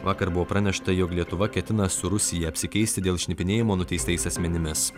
vakar buvo pranešta jog lietuva ketina su rusija apsikeisti dėl šnipinėjimo nuteistais asmenimis